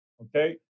okay